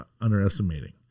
underestimating